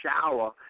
shower